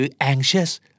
anxious